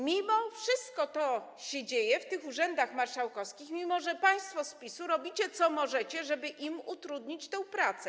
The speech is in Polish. Mimo wszystko to się dzieje w tych urzędach marszałkowskich, mimo że państwo z PiS-u robicie, co możecie, żeby im utrudnić tę pracę.